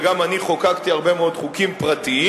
וגם אני חוקקתי הרבה מאוד חוקים פרטיים.